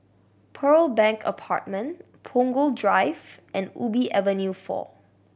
Pearl Bank Apartment Punggol Drive and Ubi Avenue Four